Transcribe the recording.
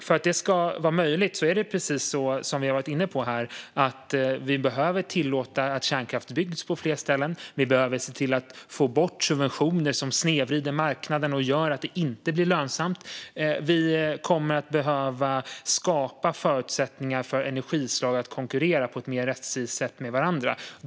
För att detta ska vara möjligt behöver vi tillåta att kärnkraft byggs på fler ställen och få bort subventioner som snedvrider marknaden och gör detta olönsamt. Vi kommer att behöva skapa förutsättningar för energislag att konkurrera med varandra på ett mer rättvist sätt.